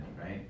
right